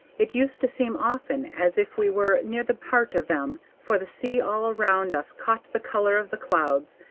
it used to seem often as if we were near the heart of them, for the sea all around us caught the color of the clouds,